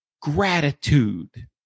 gratitude